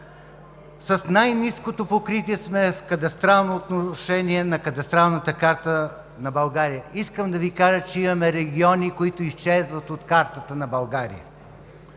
С най-ниското покритие сме в кадастрално отношение на кадастралната карта на България. Искам да Ви кажа, че имаме региони, които изчезват от картата на България.